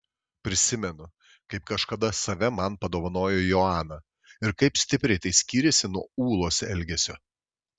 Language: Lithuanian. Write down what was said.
prisimenu kaip kažkada save man padovanojo joana ir kaip stipriai tai skyrėsi nuo ūlos elgesio